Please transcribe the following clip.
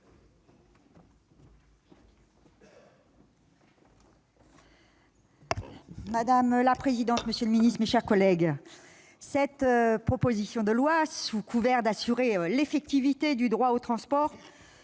Madame la présidente, monsieur le secrétaire d'État, mes chers collègues, cette proposition de loi, sous couvert d'assurer l'effectivité du droit au transport,